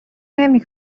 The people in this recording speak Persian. نمی